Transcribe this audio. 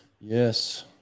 Yes